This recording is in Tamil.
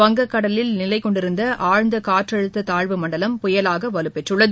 வங்கக் கடலில் நிலைகொண்டிருந்தஆழ்ந்தகாற்றழுத்ததாழ்வு மண்டலம் புயலாகவலுப்பெற்றுள்ளது